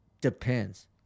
depends